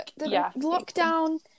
lockdown